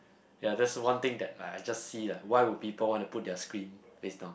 ya that's one thing that I just see ah why would people want to put their screen face down